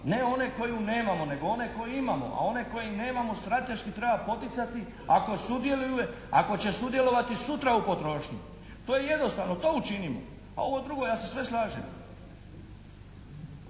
Ne one koju nemamo, nego one koju imamo, a one kojih nemamo strateški treba poticati ako sudjeluju, ako će sudjelovati sutra u potrošnji. To je jednostavno, to učinimo, a ovo drugo ja se sve slažem.